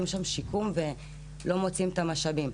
שם שיקום ולא מוציאים את המשאבים.